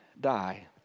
die